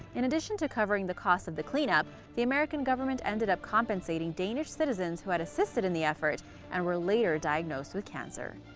in addition to covering the costs of the clean-up, the american government ended up compensating danish citizens who had assisted in the effort and were later diagnosed with cancer.